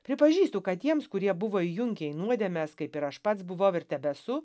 pripažįstu kad tiems kurie buvo įjunkę į nuodėmes kaip ir aš pats buvau ir tebesu